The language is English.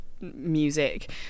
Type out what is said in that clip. music